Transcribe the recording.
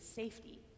safety